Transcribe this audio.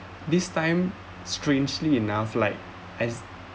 this time strangely enough like as